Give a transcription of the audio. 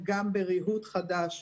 אנחנו לא שומעים על מקרים כאלה.